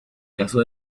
caso